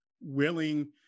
willing